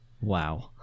Wow